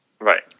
right